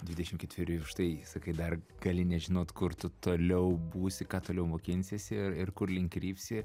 dvidešimt ketverių štai sakai dar gali nežinot kur tu toliau būsi ką toliau mokinsiesi ir ir kurlink krypsi